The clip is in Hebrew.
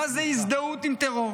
מה זה "הזדהות עם טרור",